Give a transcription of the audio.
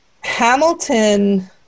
Hamilton